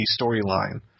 storyline